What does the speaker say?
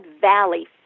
valley